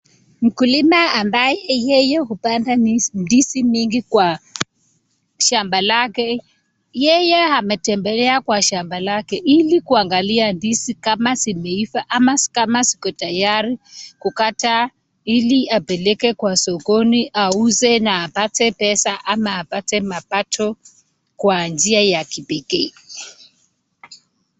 Mkulima ambaye yeye hupanda ndizi mingi kwa shamba lake. Yeye ametembelea kwa shamba lake ili kuangalia ndizi kama zimeiva ama ziko tayari kukata ili apeleke kwa sokoni auze na apate pesa ama apate mapato kwa njia ya kipekee.